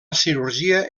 cirurgia